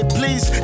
please